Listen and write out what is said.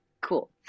Cool